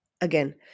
again